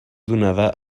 donada